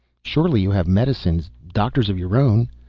surely you have medicines, doctors of your own?